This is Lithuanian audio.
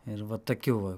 ir va tokių va